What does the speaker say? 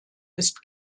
ist